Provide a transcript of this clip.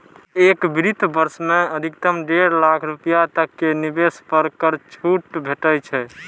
एक वित्त वर्ष मे अधिकतम डेढ़ लाख रुपैया तक के निवेश पर कर छूट भेटै छै